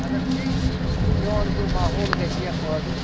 اگر بیٚیہِ سُہ پرون ہیوٗ ماحول گژھِ ہا پٲدٕ